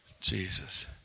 Jesus